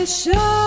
show